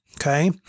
Okay